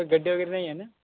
त गड्डे वगैरे नाही आहे ना